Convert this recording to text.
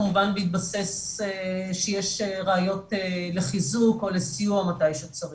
כמובן בהתבסס שיש ראיות לחיזוק או לסיוע מתי שצריך.